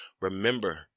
Remember